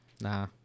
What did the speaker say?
Nah